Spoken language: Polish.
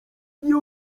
nie